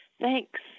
thanks